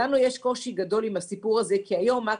לנו יש קושי גדול עם הסיפור הזה כי היום יש